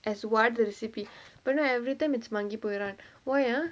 as what the recipe but then every time it's why ah